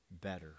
better